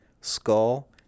Skull